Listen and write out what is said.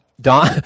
Don